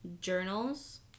journals